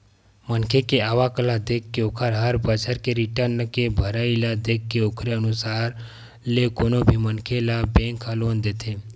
मनखे के आवक ल देखके ओखर हर बछर के रिर्टन के भरई ल देखके ओखरे अनुसार ले कोनो भी मनखे ल बेंक ह लोन देथे